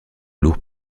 lourd